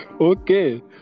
Okay